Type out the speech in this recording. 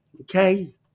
Okay